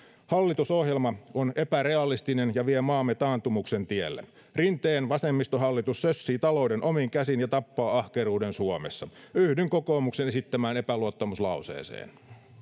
hallitusohjelma on epärealistinen ja vie maamme taantumuksen tielle rinteen vasemmistohallitus sössii talouden omiin käsiin ja tappaa ahkeruuden suomessa yhdyn kokoomuksen esittämään epäluottamuslauseeseen